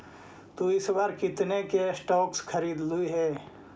तु इस बार कितने के स्टॉक्स खरीदलु हे